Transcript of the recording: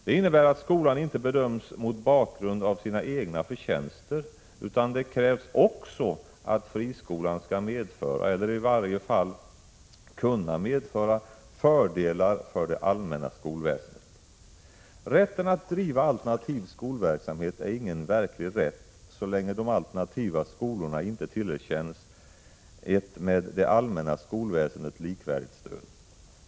Det innebär att skolan inte bedöms mot bakgrund av sina egna förtjänster, utan det krävs också att friskolan skall medföra, eller i varje fall kunna medföra, fördelar för det allmänna skolväsendet. Rätten att driva alternativ skolverksamhet är ingen verklig rätt så länge de alternativa skolorna inte tillerkänns ett med det allmänna skolväsendet likvärdigt stöd.